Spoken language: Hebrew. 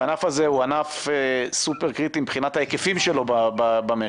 והענף הזה הוא ענף סופר קריטי מבחינת ההיקפים שלו במשק.